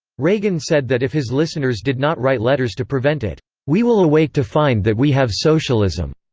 reagan said that if his listeners did not write letters to prevent it, we will awake to find that we have socialism.